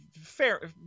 fair